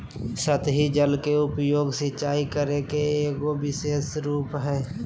सतही जल के उपयोग, सिंचाई करे के एगो विशेष रूप हइ